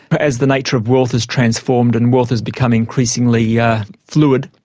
but as the nature of wealth has transformed and wealth has become increasingly yeah fluid,